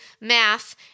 math